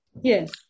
Yes